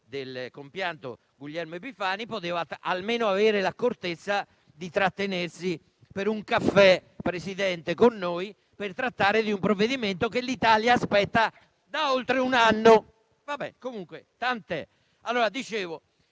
del compianto Guglielmo Epifani, poteva almeno avere l'accortezza di trattenersi per un caffè con noi, per trattare un provvedimento che l'Italia aspetta da oltre un anno. Comunque, tant'è. Il provvedimento